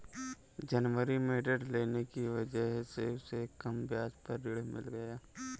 जनवरी में ऋण लेने की वजह से उसे कम ब्याज पर ऋण मिल गया